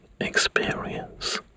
experience